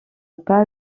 pas